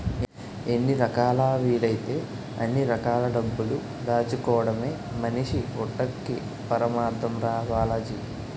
ఎన్ని రకాలా వీలైతే అన్ని రకాల డబ్బులు దాచుకోడమే మనిషి పుట్టక్కి పరమాద్దం రా బాలాజీ